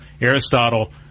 Aristotle